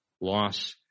loss